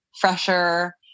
fresher